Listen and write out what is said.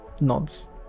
Nods